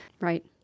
Right